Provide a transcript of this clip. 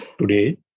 today